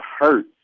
hurt